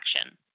action